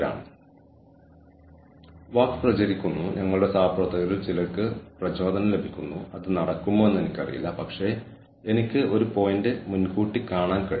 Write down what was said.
കാരണം അവർ റിസ്ക് എടുക്കുന്നവരാണ് അവർ പുതുമയുള്ളവരാണ് ഓർഗനൈസേഷന് നീങ്ങാൻ കഴിയുന്ന പുതിയ ദിശകൾ പര്യവേക്ഷണം ചെയ്യാൻ അവർ കൂടുതൽ തയ്യാറാണ്